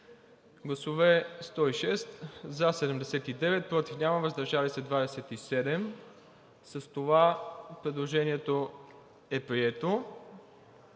представители: за 79, против няма, въздържали се 27. С това предложението е прието